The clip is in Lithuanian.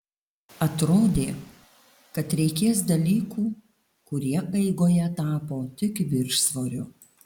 atrodė kad reikės dalykų kurie eigoje tapo tik viršsvoriu